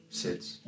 sits